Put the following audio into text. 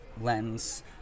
lens